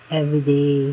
everyday